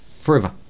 forever